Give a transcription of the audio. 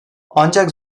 ancak